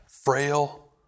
frail